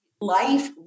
life